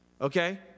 Okay